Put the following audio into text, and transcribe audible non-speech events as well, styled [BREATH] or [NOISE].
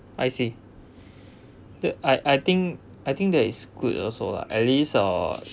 I see [BREATH] the I I think I think that is good also lah at least uh